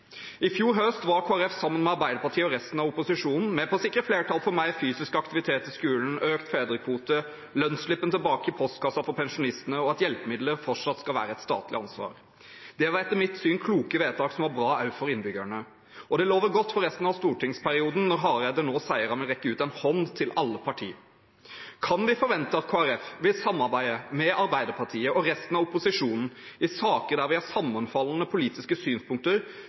I fjor høst var Kristelig Folkeparti sammen med Arbeiderpartiet og resten av opposisjonen med på å sikre flertall for mer fysisk aktivitet i skolen, økt fedrekvote, lønnsslippen tilbake i postkassen for pensjonistene og at hjelpemidler fortsatt skal være et statlig ansvar. Det var etter mitt syn kloke vedtak, som var bra også for innbyggerne, og det lover godt for resten av stortingsperioden når representanten Hareide nå sier han vil rekke ut en hånd til alle partier. Kan vi forvente at Kristelig Folkeparti vil samarbeide med Arbeiderpartiet og resten av opposisjonen i saker der vi har sammenfallende politiske synspunkter,